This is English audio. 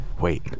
wait